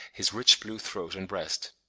his rich blue throat and breast.